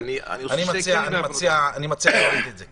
אני מציע להוריד את זה.